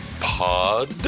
pod